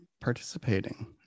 participating